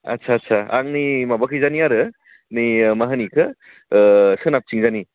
आदसा आदसा आंनि माबा खैजानि आरो नैयो मा होनो बेखौ सोनाबथिंजायनि